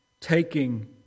taking